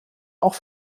auch